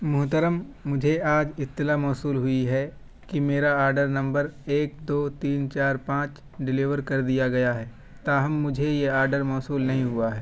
محترم مجھے آج اطلاع موصول ہوئی ہے کہ میرا آرڈر نمبر ایک دو تین چار پانچ ڈیلیور کر دیا گیا ہے تاہم مجھے یہ آرڈر موصول نہیں ہوا ہے